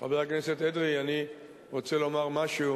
חבר הכנסת אדרי, אני רוצה לומר משהו